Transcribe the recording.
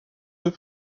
deux